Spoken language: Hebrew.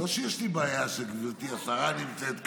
לא שיש לי בעיה שגברתי השרה נמצאת כאן.